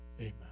amen